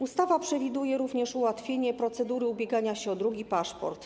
Ustawa przewiduje również ułatwienie procedury ubiegania się o drugi paszport.